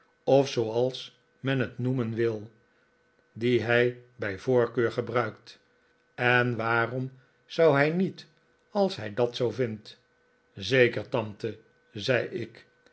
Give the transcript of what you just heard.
of zooals men t noemen wil die hij bij voorkeur gebruikt en waarom zou hij niet als hij dat zoo vindt zeker tante zei ik